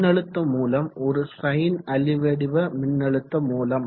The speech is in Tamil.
மின்னழுத்த மூலம் ஒரு சைன் அலைவடிவ மின்னழுத்த மூலம்